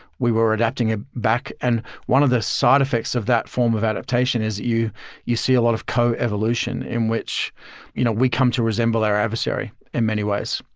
we were were adapting ah back and one of the side effects of that form of adaptation is that you see a lot of co-evolution in which you know we come to resemble our adversary in many ways.